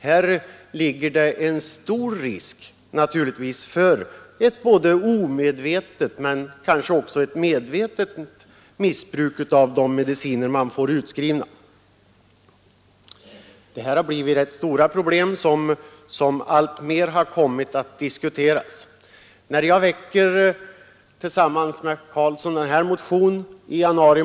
Här ligger det en stor risk för såväl omedvetet som medvetet missbruk av de mediciner som skrivs ut. Det här har blivit rätt stora problem som alltmer har kommit att diskuteras för att finna motåtgärder.